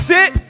Sit